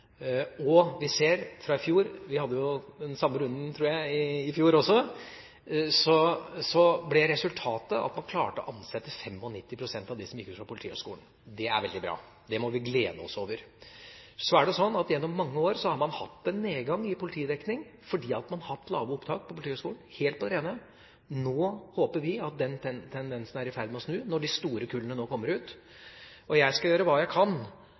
vi at i fjor – vi hadde den samme runden i fjor også, tror jeg – ble resultatet at man klarte å ansette 95 pst. av dem som gikk ut fra Politihøgskolen. Det er veldig bra. Det må vi glede oss over. Så er det sånn at gjennom mange år har man hatt en nedgang i politidekningen fordi man har hatt lave opptak til Politihøgskolen. Det er helt på det rene. Nå håper vi at den tendensen er i ferd med å snu, når de store kullene nå kommer ut. Jeg skal gjøre hva jeg kan